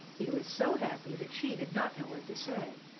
he was so happy that she did not know what to say.